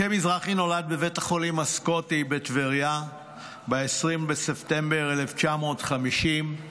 משה מזרחי נולד בבית החולים הסקוטי בטבריה ב-20 בספטמבר 1950,